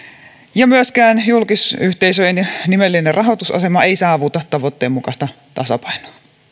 ja myöskään julkisyhteisöjen nimellinen rahoitusasema ei saavuta tavoitteen mukaista tasapainoa